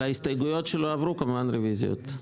על ההסתייגויות שלא עברו כמובן רוויזיות.